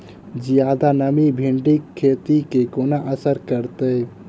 जियादा नमी भिंडीक खेती केँ कोना असर करतै?